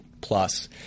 plus